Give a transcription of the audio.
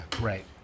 right